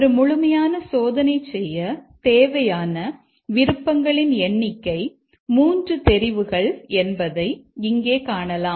ஒரு முழுமையான சோதனை செய்யத் தேவையான விருப்பங்களின் எண்ணிக்கை 3 தெரிவுகள் என்பதை இங்கே காணலாம்